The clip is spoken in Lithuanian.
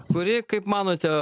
kuri kaip manote